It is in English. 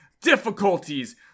difficulties